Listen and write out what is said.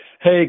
Hey